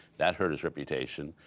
that hurt his reputation.